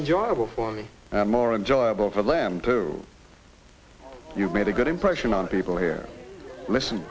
enjoyable for me and more enjoyable for them too you've made a good impression on people here listen